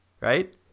right